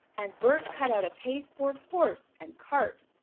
and bert cut out a pasteboard horse and cart.